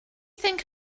think